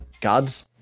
God's